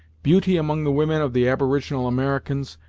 beauty among the women of the aboriginal americans,